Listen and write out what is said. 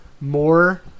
more